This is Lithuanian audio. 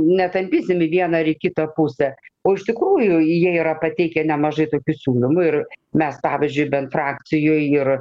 netampysim į vieną ar į kitą pusę o iš tikrųjų jie yra pateikę nemažai tokių siūlymų ir mes pavyzdžiui bent frakcijoj ir